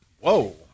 whoa